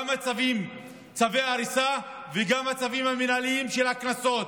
גם צווי ההריסה וגם הצווים המינהליים של הקנסות.